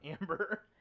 Amber